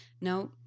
no